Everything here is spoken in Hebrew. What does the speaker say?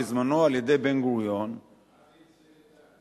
בזמנו, על-ידי בן-גוריון, מה בין זה לדת?